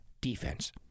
defense